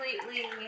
completely